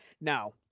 now